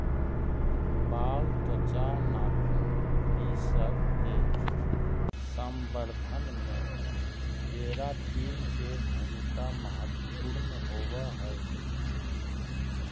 बाल, त्वचा, नाखून इ सब के संवर्धन में केराटिन के भूमिका महत्त्वपूर्ण होवऽ हई